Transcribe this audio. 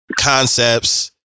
Concepts